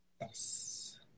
yes